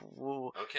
okay